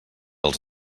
els